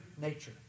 nature